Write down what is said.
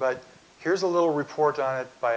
but here's a little report on it by